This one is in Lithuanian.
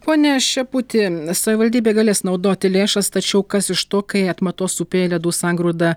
pone šeputi savivaldybė galės naudoti lėšas tačiau kas iš to kai atmatos upėje ledų sangrūda